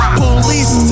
police